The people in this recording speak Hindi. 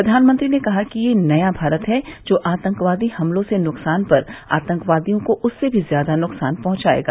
प्रधानमंत्री ने कहा कि ये नया भारत है जो आतंकवादी हमलों से नुकसान पर आतंकवादियों को उससे भी ज्यादा नुकसान पहंचाएगा